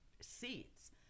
seats